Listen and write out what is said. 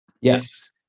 Yes